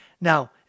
Now